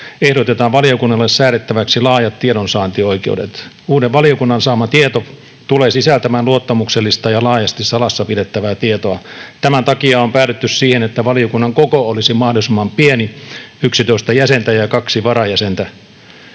ehdotetaan valiokunnalle säädettäväksi laajat tiedonsaantioikeudet. Uuden valiokunnan saama tieto tulee sisältämään luottamuksellista ja laajasti salassa pidettävää tietoa. Tämän takia on päädytty siihen, että valiokunnan koko olisi mahdollisimman pieni, 11 jäsentä ja 2 varajäsentä.